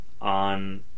on